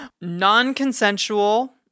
non-consensual